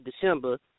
December